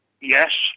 Yes